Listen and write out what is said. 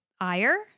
ire